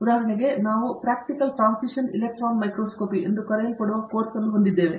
ಉದಾಹರಣೆಗೆ ನಾವು practical transmission electron microscopy ಎಂದು ಕರೆಯಲ್ಪಡುವ ಕೋರ್ಸ್ ಅನ್ನು ಹೊಂದಿದ್ದೇವೆ